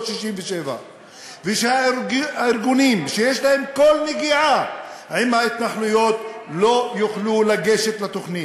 67' והארגונים שיש להם כל נגיעה בהתנחלויות לא יוכלו לגשת לתוכנית.